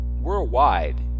worldwide